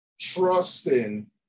trusting